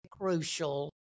crucial